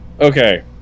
Okay